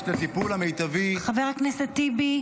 לטיפול המיטבי -- חבר הכנסת טיבי,